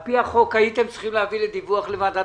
על פי החוק הייתם צריכים להביא לדיווח לוועדת